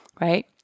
Right